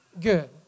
good